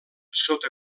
sota